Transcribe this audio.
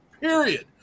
period